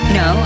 no